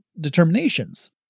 determinations